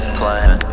plan